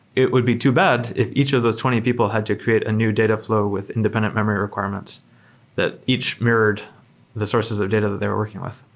it would be too bad if each of those twenty people had to create a new dataflow with independent memory requirements that each mirrored the sources of data that they're working with.